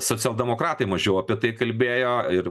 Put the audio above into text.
socialdemokratai mažiau apie tai kalbėjo ir